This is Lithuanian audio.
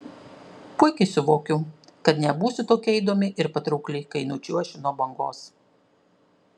puikiai suvokiu kad nebūsiu tokia įdomi ir patraukli kai nučiuošiu nuo bangos